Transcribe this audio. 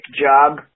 job